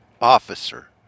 officer